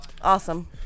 awesome